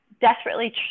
desperately